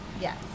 Yes